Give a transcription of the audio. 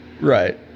Right